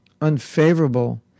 unfavorable